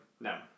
no